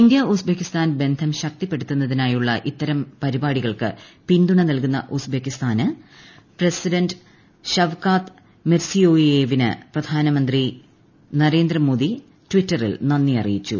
ഇന്തൃ Uzbekistan ബന്ധം ശക്തിപ്പെടുത്തു ന്നതിനായുള്ള ഇത്തരം പരിപാടികൾക്ക് പിന്തുണ നൽകുന്ന ഉസ്ബക്കിസ്ഥാൻ പ്രസിഡന്റ് ശവ്കാത് മിർസിയോയേവിന് പ്രധാനമന്ത്രി നരേന്ദ്രമോദി ട്വിറ്ററിൽ നന്ദി അറിയിച്ചു